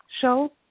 show